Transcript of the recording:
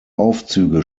aufzüge